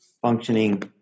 functioning